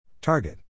Target